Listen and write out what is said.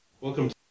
Welcome